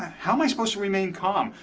how am i supposed to remain calm?